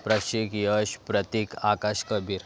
Prashik Yash Pratik Akash Kabir